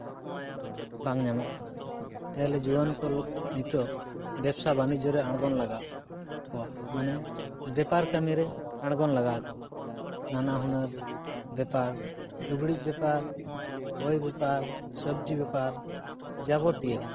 ᱵᱟᱝ ᱧᱟᱢᱚᱜ ᱠᱟᱱᱟ ᱛᱟᱦᱚᱞᱮ ᱡᱩᱣᱟᱹᱱ ᱠᱚ ᱱᱤᱛᱳᱜ ᱵᱮᱵᱥᱟ ᱵᱟᱱᱤᱡᱽᱡᱚ ᱨᱮ ᱟᱬᱜᱳᱱ ᱞᱟᱜᱟᱣ ᱠᱚᱣᱟ ᱢᱟᱱᱮ ᱵᱮᱯᱟᱨ ᱠᱟᱹᱢᱤ ᱨᱮ ᱟᱬᱜᱳᱱ ᱞᱟᱜᱟᱣ ᱠᱚᱣᱟ ᱱᱟᱱᱟᱦᱩᱱᱟᱹᱨ ᱵᱮᱯᱟᱨ ᱞᱩᱜᱽᱲᱤᱡ ᱵᱮᱯᱟᱨ ᱵᱳᱭ ᱵᱮᱯᱟᱨ ᱥᱮᱵᱡᱤ ᱵᱮᱯᱟᱨ ᱡᱟᱵᱛᱤᱭᱚ